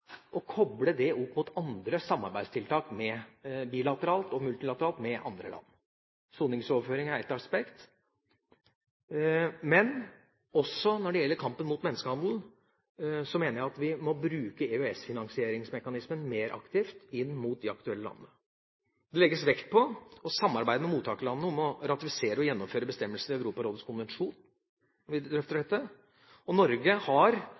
å koble det opp mot andre samarbeidstiltak, bilateralt og multilateralt, med andre land. Soningsoverføring er ett aspekt, men også når det gjelder kampen mot menneskehandel, mener jeg at vi må bruke EØS-finansieringsmekanismen mer aktivt inn mot de aktuelle landene. Det legges vekt på å samarbeide med mottakerlandene om å ratifisere og gjennomføre bestemmelsene i Europarådets konvensjon når vi drøfter dette. Norge har